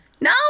No